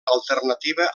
alternativa